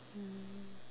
mm